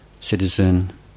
citizen